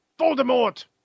Voldemort